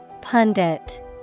Pundit